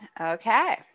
okay